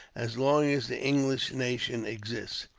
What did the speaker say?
as long as the english nation exists.